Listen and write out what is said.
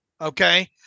Okay